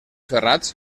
ferrats